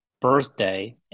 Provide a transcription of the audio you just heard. birthday